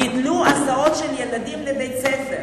ביטלו הסעות של ילדים לבית-ספר.